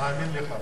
נאמין לך.